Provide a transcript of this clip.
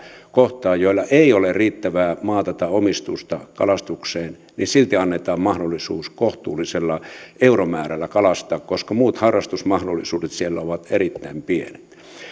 kohtaan joilla ei ole riittävää maata tai omistusta kalastukseen ja silti annetaan mahdollisuus kohtuullisella euromäärällä kalastaa koska muut harrastusmahdollisuudet siellä ovat erittäin pienet